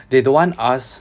they don't want us